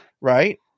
Right